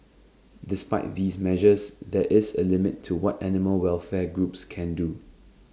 despite these measures there is A limit to what animal welfare groups can do